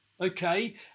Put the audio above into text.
okay